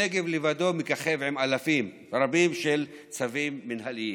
הנגב לבדו מככב עם אלפים רבים של צווים מינהליים.